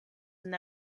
have